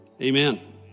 amen